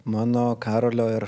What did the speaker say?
mano karolio ir